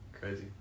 crazy